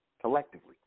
collectively